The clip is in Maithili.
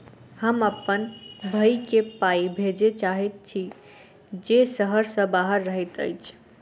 हम अप्पन भयई केँ पाई भेजे चाहइत छि जे सहर सँ बाहर रहइत अछि